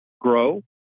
grow